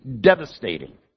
devastating